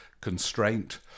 constraint